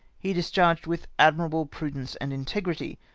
he dis charged with admkable prudence and integrity,